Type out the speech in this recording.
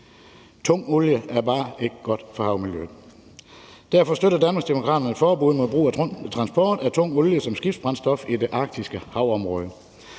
tung olie er bare ikke godt for havmiljøet. Derfor støtter Danmarksdemokraterne et forbud mod transport af tung olie som skibsbrændstof i det arktiske havområde.